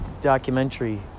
documentary